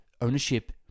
ownership